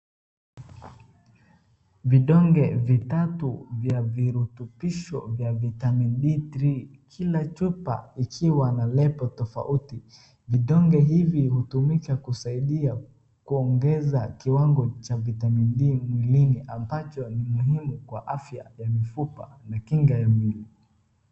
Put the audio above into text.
Vidonge vitatu vya virutubisho vya vitamin D3 , kila chupa ikiwa na lebo tofuti. Vidonge hivi hutumika kusaidia kuongeza kiwango cha vitamin D mwilini ambacho ni muhimu kwa afya ya mifupa na kinga ya mwili.